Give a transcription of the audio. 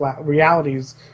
realities